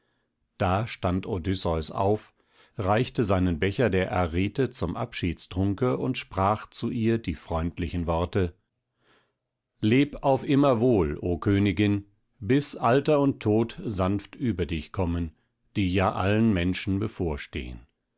da stand odysseus auf reichte seinen becher der arete zum abschiedstrunke und sprach zu ihr die freundlichen worte leb auf immer wohl o königin bis alter und tod sanft über dich kommen die ja allen menschen bevorstehen